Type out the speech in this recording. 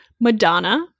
Madonna